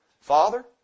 Father